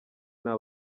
nta